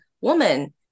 woman